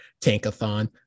tankathon